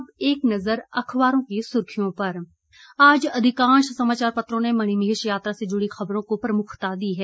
अब एक नजर अखबारों की सुर्खियों पर आज अधिकांश समाचार पत्रों ने मणिमहेश यात्रा से जुड़ी खबरों को प्रमुखता दी है